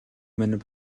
минь